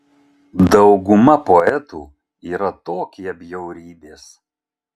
dauguma poetų yra tokie bjaurybės